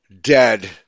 dead